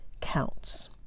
counts